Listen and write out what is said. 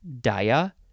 Dia